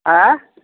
आंय